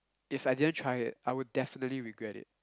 if I didn't try it I would definitely regret it